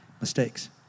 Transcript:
mistakes